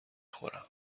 خورم